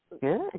good